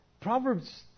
Proverbs